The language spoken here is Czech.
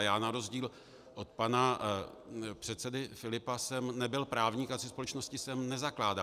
Já na rozdíl od pana předsedy Filipa jsem nebyl právník a společnosti jsem nezakládal.